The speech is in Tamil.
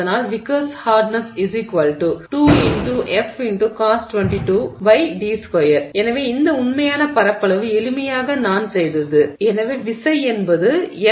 அதனால் vickers Hardness 2× F ×Cos 22 d2 எனவே இந்த உண்மையான பரப்பளவு எளிமையாக நான் செய்தது விசைஉண்மையான பரப்பளவு